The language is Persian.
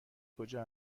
کجا